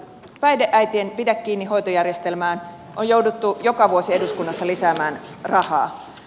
päihdeäitien pidä kiinni hoitojärjestelmään on jouduttu joka vuosi eduskunnassa lisäämään rahaa